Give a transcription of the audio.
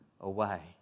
away